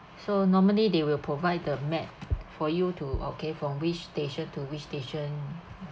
so normally they will provide the map for you to okay from which station to which station